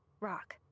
rock